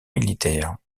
militaire